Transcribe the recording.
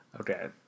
Okay